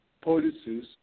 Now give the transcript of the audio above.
policies